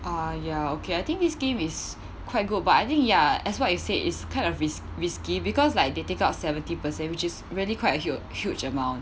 uh ya okay I think this scheme is quite good but I think ya as what you said it's kind of risk risky because like they take out seventy percent which is really quite a huge huge amount